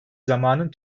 zamanın